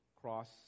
cross